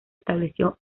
estableció